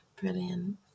Brilliant